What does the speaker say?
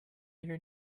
your